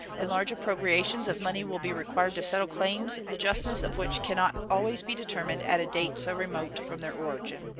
and large appropriations of money will be required to settle claims the justness of which can not always be determined at a date so remote from their origin.